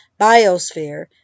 biosphere